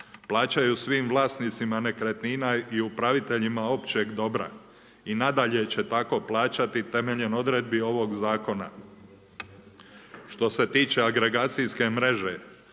plaćaju svim vlasnicima nekretnina i upraviteljima općeg dobra. I nadalje će tako plaćati temeljem odredbi ovoga zakona. Što se tiče agregacijske mreže